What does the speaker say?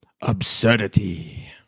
absurdity